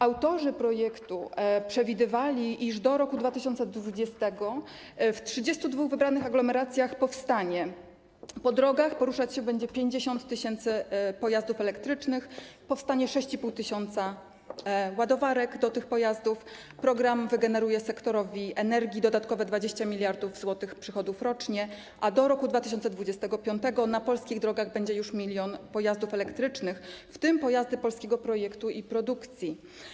Autorzy projektu przewidywali, iż do roku 2020 w 32 wybranych aglomeracjach po drogach poruszać się będzie 50 tys. pojazdów elektrycznych, powstanie 6,5 tys. ładowarek do tych pojazdów, program wygeneruje sektorowi energii dodatkowe 20 mld zł przychodów rocznie, a do roku 2025 na polskich drogach będzie już 1 mln pojazdów elektrycznych, w tym pojazdy polskiego projektu i polskiej produkcji.